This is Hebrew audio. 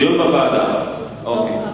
דיון בוועדה, אוקיי.